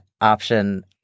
option –